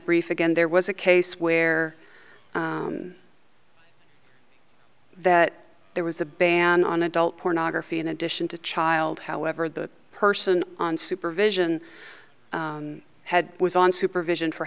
brief again there was a case where that there was a ban on adult pornography in addition to child however the person on supervision had was on supervision for